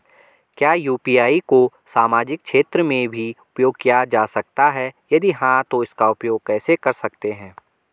क्या यु.पी.आई को सामाजिक क्षेत्र में भी उपयोग किया जा सकता है यदि हाँ तो इसका उपयोग कैसे कर सकते हैं?